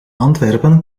antwerpen